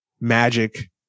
Magic